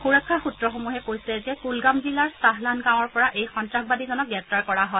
সুৰক্ষা সূত্ৰসমূহে কৈছে যে কুলগাম জিলাৰ চাহলান গাঁৱৰ পৰা এই সন্ত্ৰাসবাদীজনক গ্ৰেপ্তাৰ কৰা হয়